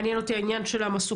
מעניין אותי העניין של המסוקים,